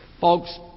Folks